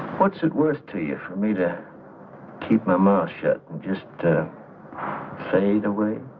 what's it worth to you for me to keep my um ah shit just to fade away